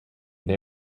they